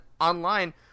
online